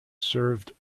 served